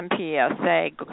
MPSA